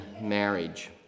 marriage